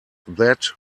that